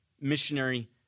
missionary